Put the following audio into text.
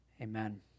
Amen